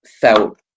felt